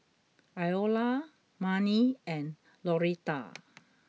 Iola Marni and Lauretta